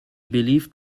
believed